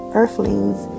earthlings